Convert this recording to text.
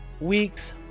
weeks